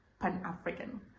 pan-African